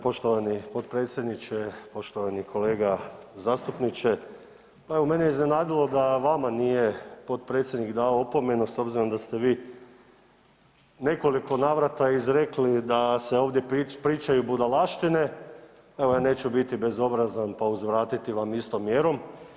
Evo poštovani potpredsjedniče, poštovani kolega zastupniče pa evo mene je iznenadilo da vama potpredsjednik nije dao opomenu s obzirom da ste vi u nekoliko navrata izrekli da se ovdje pričaju budalaštine, evo ja neću biti bezobrazan pa uzvratiti vam istom mjerom.